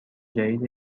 جدید